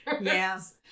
Yes